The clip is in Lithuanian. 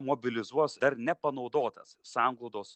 mobilizuos dar nepanaudotas sanglaudos